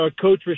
Coach